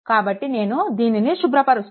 కాబట్టి నేను దీనిని శుభ్రపరుస్తాను